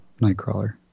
Nightcrawler